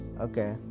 Okay